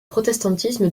protestantisme